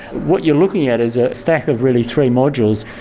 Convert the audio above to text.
what you're looking at is a stack of really three modules.